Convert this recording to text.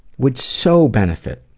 would so benefit.